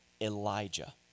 Elijah